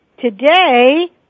today